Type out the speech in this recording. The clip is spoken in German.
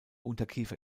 unterkiefer